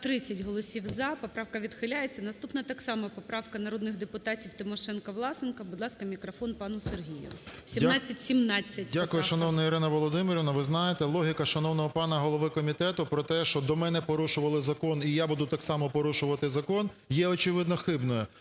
30 голосів "за". Поправка відхиляється. Наступна, так само, поправка народних депутатів Тимошенко, Власенка. Будь ласка, мікрофон пану Сергію. 1717 поправка. 11:55:19 ВЛАСЕНКО С.В. Дякую, шановна Ірина Володимирівна. Ви знаєте, логіка шановного пана голови комітету про те, що до мене порушували закон і я буду так само порушувати закон є, очевидно, хибною.